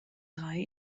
drei